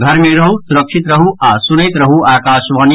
घर मे रहू सुरक्षित रहू आ सुनैत रहू आकाशवाणी